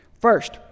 First